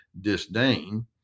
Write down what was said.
disdain